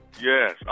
Yes